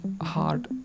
hard